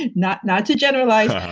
and not not to generalize,